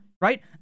right